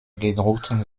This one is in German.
gedruckten